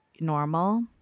normal